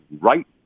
right